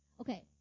Okay